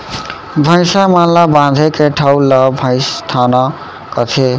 भईंसा मन ल बांधे के ठउर ल भइंसथान कथें